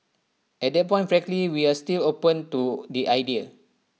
at that point frankly we are still open to the idea